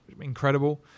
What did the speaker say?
incredible